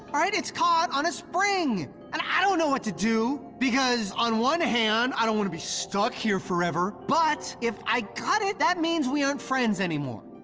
alright, it's caught on a spring. and i don't know what to do because on one hand, i don't want to be stuck here forever. but if i cut it, that means we aren't friends anymore.